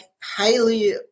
highly